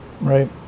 Right